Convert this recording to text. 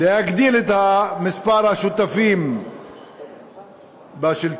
להגדיל את מספר השותפים בשלטון.